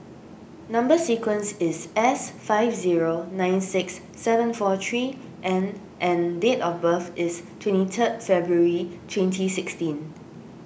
Number Sequence is S five zero nine six seven four three N and date of birth is twenty three February twenty sixteen